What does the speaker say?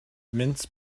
mince